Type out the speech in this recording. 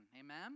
amen